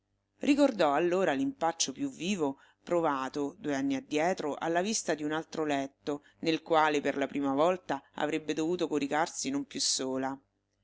ricordò allora l'impaccio più vivo provato due anni addietro alla vista di un altro letto nel quale per la prima volta avrebbe dovuto coricarsi non più sola